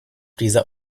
dieser